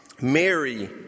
Mary